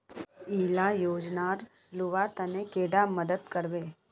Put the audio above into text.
इला योजनार लुबार तने कैडा मदद करबे?